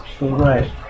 Right